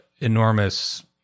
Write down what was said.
enormous